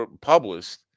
published